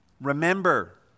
Remember